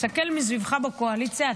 תסתכל מסביבך בקואליציה,